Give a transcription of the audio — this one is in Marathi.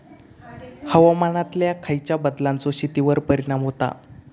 हवामानातल्या खयच्या बदलांचो शेतीवर परिणाम होता?